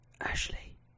Ashley